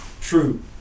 true